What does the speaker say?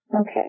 Okay